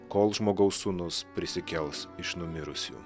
kol žmogaus sūnus prisikels iš numirusiųjų